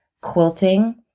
quilting